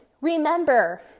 Remember